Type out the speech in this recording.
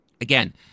Again